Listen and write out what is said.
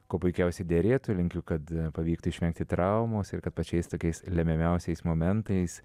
kuo puikiausiai derėtų linkiu kad pavyktų išvengti traumos ir kad pačiais tokiais lemiamiausiais momentais